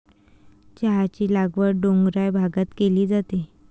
चहाची लागवड डोंगराळ भागात केली जाते